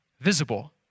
visible